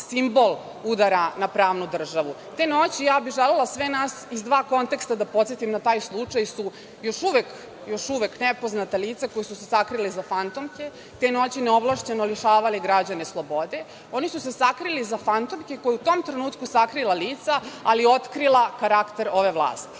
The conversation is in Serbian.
simbol udara na pravnu državu. Te noći, ja bih želela sve nas iz dva konteksta da podsetim na taj slučaj, su još uvek nepoznata lica koja su se sakrila iza fantomke, te noći neovlašćeno lišavali građane slobode, oni su se sakrili iza fantomke koja je u tom trenutku sakrila lica, ali je otkrila karakter ove vlasti.